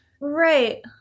Right